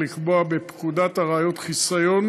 לקבוע בפקודת הראיות חיסיון